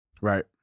right